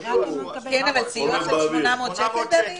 800 שקל.